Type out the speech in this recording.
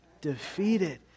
defeated